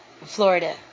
Florida